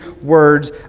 words